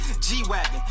G-Wagon